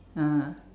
(uh huh)